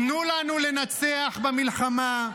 תנו לנו לנצח במלחמה,